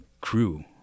crew